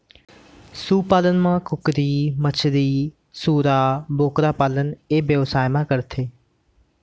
सु पालन म कुकरी, मछरी, सूरा, बोकरा पालन ए बेवसाय म करथे